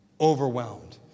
Overwhelmed